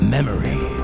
Memory